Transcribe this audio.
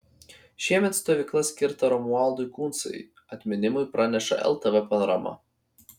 šiemet stovykla skirta romualdui kuncai atminimui praneša ltv panorama